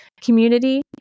community